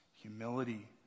humility